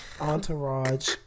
entourage